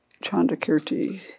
Chandakirti